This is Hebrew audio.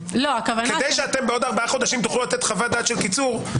כדי שאתם בעוד ארבעה חודשים תוכלו לתת חוות דעת של קיצור,